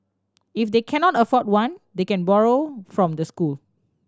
if they cannot afford one they can borrow from the school